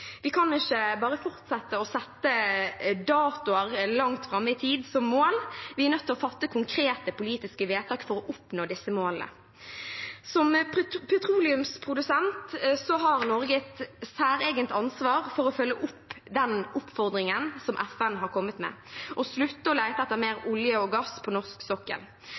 Vi kan ikke bare fortsette å sette datoer langt fram i tid som mål. Vi er nødt til å fatte konkrete politiske vedtak for å oppnå disse målene. Som petroleumsprodusent har Norge et særegent ansvar for å følge opp den oppfordringen som FN har kommet med, og slutte å lete etter mer olje og gass på norsk sokkel.